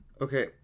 Okay